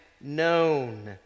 known